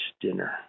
dinner